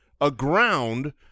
aground